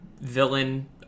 villain